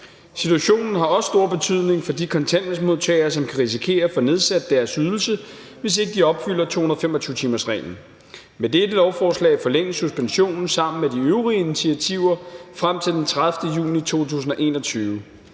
Situationen har også stor betydning for de kontanthjælpsmodtagere, som kan risikere at få nedsat deres ydelse, hvis ikke de opfylder 225-timersreglen. Med dette lovforslag forlænges suspensionen sammen med de øvrige initiativer frem til den 30. juni 2021.